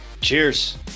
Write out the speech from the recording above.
Cheers